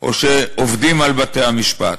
או שעובדים על בתי-המשפט.